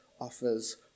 offers